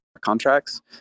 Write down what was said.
contracts